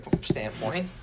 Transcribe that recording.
standpoint